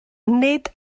nid